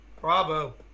Bravo